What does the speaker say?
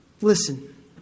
Listen